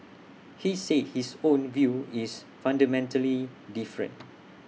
he said his own view is fundamentally different